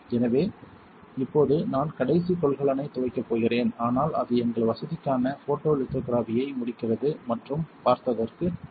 எனவே இப்போது நான் கடைசி கொள்கலனை துவைக்கப் போகிறேன் ஆனால் அது எங்கள் வசதிக்கான ஃபோட்டோலித்தோகிராஃபியை முடிக்கிறது மற்றும் பார்த்ததற்கு நன்றி